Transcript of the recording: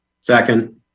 Second